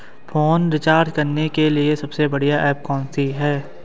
Phone recharge करने के लिए सबसे बढ़िया ऐप कौन सी है?